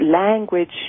language